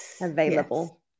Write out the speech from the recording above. Available